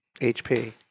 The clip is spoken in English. HP